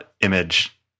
image